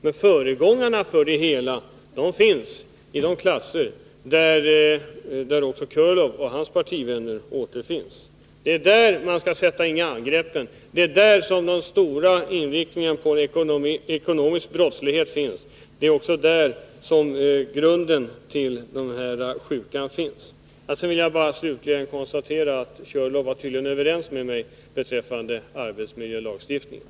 Men föregångarna finns i de klasser där också herr Körlof och hans partivänner återfinns. Det är där man skall sätta in angreppen. Det är där den verkliga inriktningen mot ekonomisk brottslighet finns. Det är också där grunden till den här sjukan finns. Slutligen vill jag konstatera att Björn Körlof tydligen var överens med mig beträffande arbetsmiljölagstiftningen.